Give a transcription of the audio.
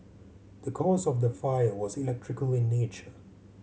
the cause of the fire was electrical in nature